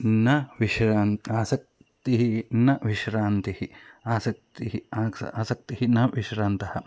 न विश्रान्तिः आसक्तिः न विश्रान्तिः आसक्तिः आसक्तिः न विश्रान्तः